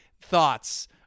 thoughts